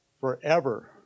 forever